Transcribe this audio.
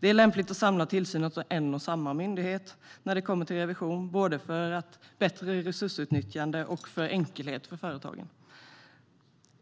Det är lämpligt att samla tillsynen hos en och samma myndighet när det kommer till revision, både för ett bättre resursutnyttjande och för enkelhet för företagen.